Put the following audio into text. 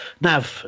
Nav